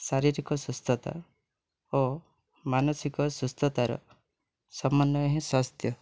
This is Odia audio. ଶାରୀରିକ ସୁସ୍ଥତା ଓ ମାନସିକ ସୁସ୍ଥତାରେ ସମନ୍ୱୟ ହିଁ ସ୍ୱାସ୍ଥ୍ୟ